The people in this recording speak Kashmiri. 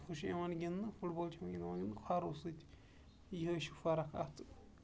ہُہ چھُ یِوان گِندنہٕ فُٹ بال چھِ یوان کھۄرو سۭتۍ یہے چھُ فرق اَتھ